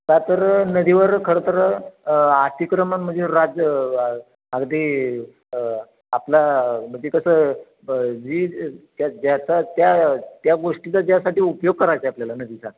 का तर नदीवर खरंतर अतिक्रमण म्हणजे राज्य अगदी आपला म्हणजे कसं ब जी त्यात ज्याचा त्या त्या गोष्टीचा ज्यासाठी उपयोग करायचा आहे आपल्याला नदीचा